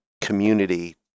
community